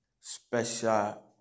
special